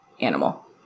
animal